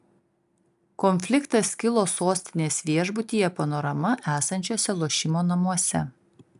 konfliktas kilo sostinės viešbutyje panorama esančiuose lošimo namuose